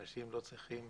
אנשים לא צריכים